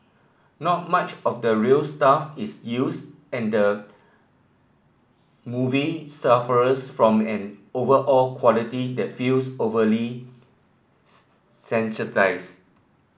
not much of the real stuff is use and the movie sufferers from an overall quality that feels overly sanitised